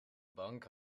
bank